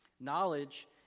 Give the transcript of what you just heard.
Knowledge